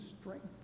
strength